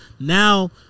now